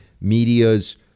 media's